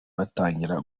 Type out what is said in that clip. batangira